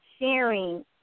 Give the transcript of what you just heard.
Sharing